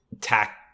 tack